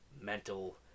mental